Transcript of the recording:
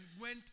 went